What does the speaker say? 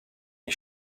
and